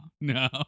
no